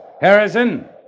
Harrison